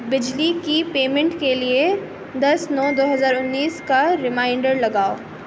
بجلی کی پیمنٹ کے لیے دس نو دو ہزار انیس کا ریمائنڈر لگاؤ